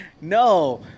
No